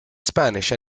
spanish